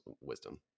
wisdom